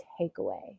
takeaway